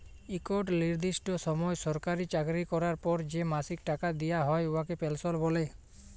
ইকট লিরদিষ্ট সময় সরকারি চাকরি ক্যরার পর যে মাসিক টাকা দিয়া হ্যয় উয়াকে পেলসল্ ব্যলে